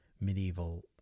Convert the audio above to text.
medieval